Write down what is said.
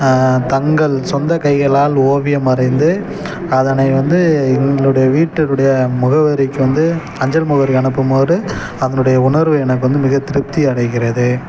தங்கள் சொந்த கைகளால் ஓவியம் வரைந்து அதனை வந்து எங்களுடைய வீட்டினுடைய முகவரிக்கு வந்து அஞ்சல் முகவரி அனுப்பும் போது அதனுடைய உணர்வு எனக்கு வந்து மிக திருப்தி அடைகிறது